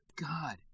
God